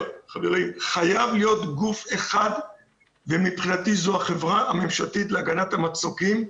חייב להיות גוף אחד ומבחינתי זו החברה הממשלתית להגנת המצוקים,